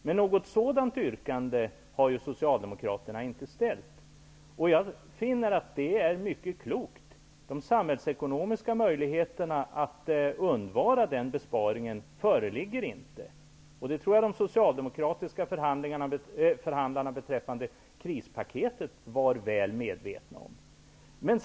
Men något sådant yrkande har ju Socialdemokraterna inte framställt. Jag finner detta vara mycket klokt. De samhällsekonomiska möjligheterna att kunna undvara den besparingen föreligger inte. Det tror jag att de socialdemokratiska förhandlarna beträffande krispaketet var väl medvetna om.